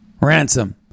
Ransom